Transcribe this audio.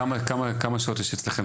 כמה שעות יש אצלכם?